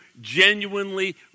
genuinely